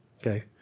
Okay